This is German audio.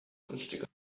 günstiger